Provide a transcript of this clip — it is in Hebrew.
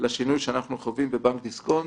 - לשינוי שאנחנו חווים בבנק דיסקונט.